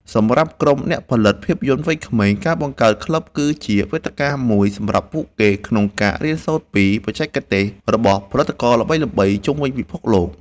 សម្រាប់ក្រុមអ្នកផលិតភាពយន្តវ័យក្មេង ការបង្កើតក្លឹបគឺជាវេទិកាមួយសម្រាប់ពួកគេក្នុងការរៀនសូត្រពី បច្ចេកទេសរបស់ផលិតករល្បីៗជុំវិញពិភពលោក។